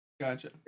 Gotcha